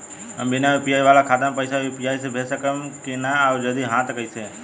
हम बिना यू.पी.आई वाला खाता मे पैसा यू.पी.आई से भेज सकेम की ना और जदि हाँ त कईसे?